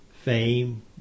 fame